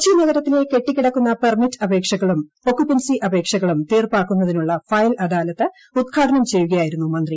കൊച്ചി നഗരത്തിലെ കെട്ടിക്കിടക്കുന്ന പ്പെർമീറ്റ് അപേക്ഷകളും ഒക്കുപെൻസി അപേക്ഷകളും തീർപ്പാക്കുന്നതിനുള്ള ഫയൽ അദാലത്ത് ഉദ്ഘാടനം ചെയ്യുകയായിരുന്നു മന്ത്രി